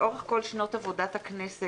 לאורך כל שנות עבודת הכנסת,